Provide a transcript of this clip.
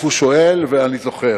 שהוא נאומים בני דקה.